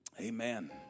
Amen